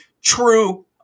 true